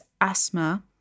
asthma